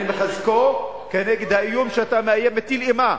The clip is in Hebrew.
אני מחזקו, כנגד האיום שאתה מאיים, מטיל אימה.